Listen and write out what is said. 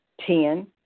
Ten